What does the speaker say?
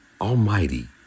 Almighty